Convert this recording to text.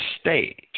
state